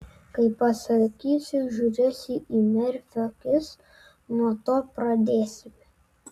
kai pasakysiu žiūrėsi į merfio akis nuo to pradėsime